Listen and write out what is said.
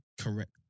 correct